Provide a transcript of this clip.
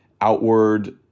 outward